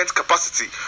capacity